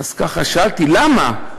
שאלתי: למה?